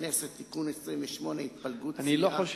הכנסת (תיקון מס' 28) (התפלגות סיעה).